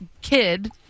kid